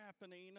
happening